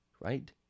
right